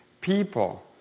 people